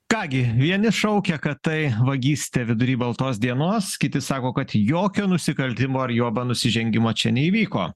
ką gi vieni šaukia kad tai vagystė vidury baltos dienos kiti sako kad jokio nusikaltimo ar juoba nusižengimo čia neįvyko